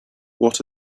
what